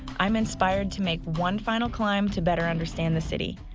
i'm inspired to make one final climb to better understand the city.